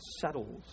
settles